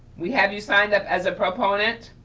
we have you signed up as a proponent.